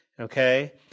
Okay